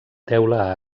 teula